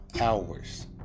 hours